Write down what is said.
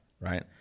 right